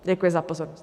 Děkuji za pozornost.